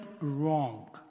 wrong